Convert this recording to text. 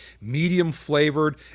medium-flavored